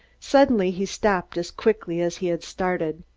suddenly he stopped, as quickly as he had started.